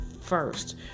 first